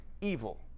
evil